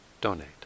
donate